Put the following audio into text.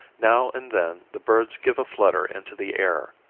now and then the birds give a flutter into the air,